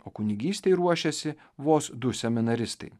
o kunigystei ruošiasi vos du seminaristai